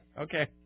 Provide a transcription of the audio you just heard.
Okay